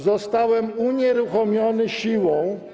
Zostałem unieruchomiony siłą.